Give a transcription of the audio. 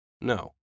no